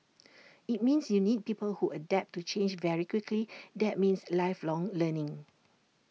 IT means you need people who adapt to change very quickly that means lifelong learning